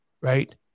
right